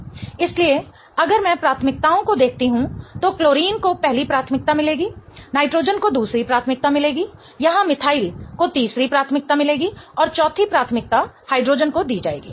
इसलिए अगर मैं प्राथमिकताओं को देखते हूं तो क्लोरीन को पहली प्राथमिकता मिलेगी नाइट्रोजन को दूसरी प्राथमिकता मिलेगी यहां मिथाइल को तीसरी प्राथमिकता मिलेगी और चौथी प्राथमिकता हाइड्रोजन को दी जाएगी